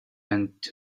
and